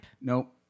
Nope